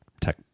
tech